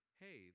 Hey